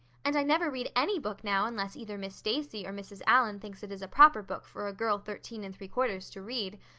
and i never read any book now unless either miss stacy or mrs. allan thinks it is a proper book for a girl thirteen and three-quarters to read.